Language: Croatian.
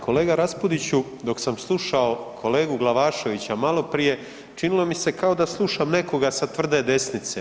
Kolega Raspudiću dok sam slušao kolegu Glavaševića malo prije čini mi se kao da slušam nekoga sa tvrde desnice.